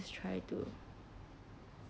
try to